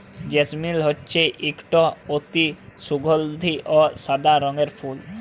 জেসমিল হছে ইকট অতি সুগাল্ধি অ সাদা রঙের ফুল